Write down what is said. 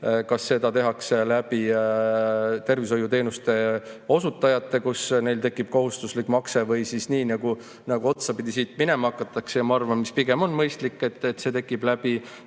kas seda tehakse läbi tervishoiuteenuste osutajate, nii et neil tekib kohustuslik makse, või nii, nagu otsapidi siit minema hakatakse? Ma arvan, et pigem on mõistlik, kui see tekib läbi